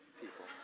people